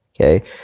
okay